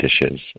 dishes